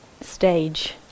stage